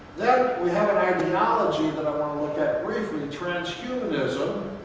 then we have an ideology that i want to look at briefly, transhumanism,